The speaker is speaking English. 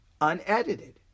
unedited